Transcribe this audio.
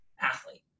athlete